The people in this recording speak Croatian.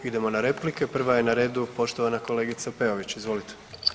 Idemo na replike, prva je na redu poštovana kolegica Peović, izvolite.